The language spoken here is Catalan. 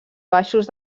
baixos